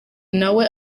nawe